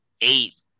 eight